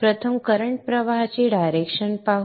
प्रथम करंट प्रवाहाची डायरेक्शन पाहू